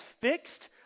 fixed